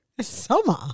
Summer